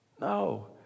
No